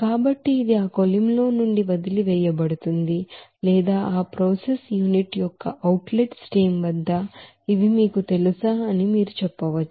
కాబట్టి ఇది ఆ కొలిమి నుండి వదిలివేయబడుతుంది లేదా ఆ ప్రాసెస్ యూనిట్ యొక్క అవుట్ లెట్ స్ట్రీమ్ వద్ద ఇవి మీకు తెలుసా అని మీరు చెప్పవచ్చు